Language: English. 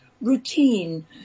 routine